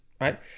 Right